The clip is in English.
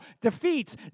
defeats